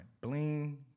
Bling